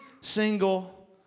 single